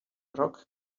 rock